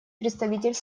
представитель